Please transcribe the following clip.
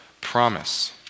promise